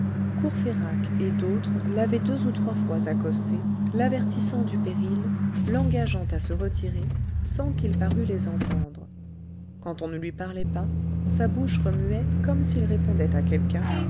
courfeyrac et d'autres l'avaient deux ou trois fois accosté l'avertissant du péril l'engageant à se retirer sans qu'il parût les entendre quand on ne lui parlait pas sa bouche remuait comme s'il répondait à quelqu'un